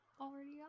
already